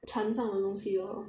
船上的东西 lor